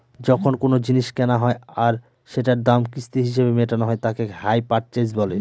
যখন কোনো জিনিস কেনা হয় আর সেটার দাম কিস্তি হিসেবে মেটানো হয় তাকে হাই পারচেস বলে